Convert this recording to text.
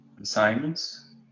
assignments